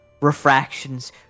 refractions